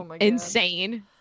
insane